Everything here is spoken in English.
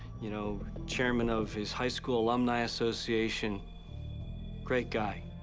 you know, chairman of his high-school alumni association great guy.